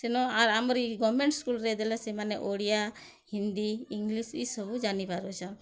ସେନ ଆମରି ଗଭର୍ନମେଣ୍ଟ ସ୍କୁଲରେ ଦେଲେ ସେମାନେ ଓଡ଼ିଆ ହିନ୍ଦୀ ଇଂଲିଶ୍ ଇସବୁ ଜାଣିପାରୁଛନ୍